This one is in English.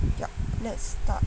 yup let's start